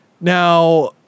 Now